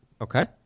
Okay